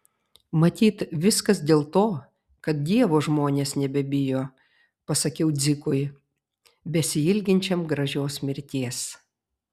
matyt viskas dėl to kad dievo žmonės nebebijo pasakiau dzikui besiilginčiam gražios mirties